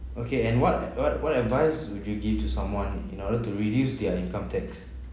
okay and what what what advice would you give to someone in order to reduce their income tax